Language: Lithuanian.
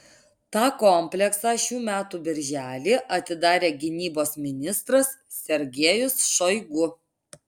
tą kompleksą šių metų birželį atidarė gynybos ministras sergejus šoigu